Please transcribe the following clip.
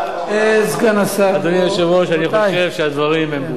אדוני היושב-ראש, אני חושב שהדברים ברורים.